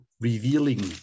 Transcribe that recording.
revealing